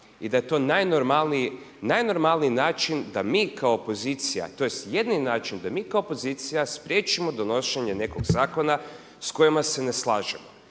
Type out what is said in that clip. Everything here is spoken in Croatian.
i da je to najnormalniji način da mi kao opozicija tj. jedini način da mi kao opozicija spriječimo donošenje nekog zakona s kojima se ne slažemo.